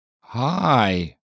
Hi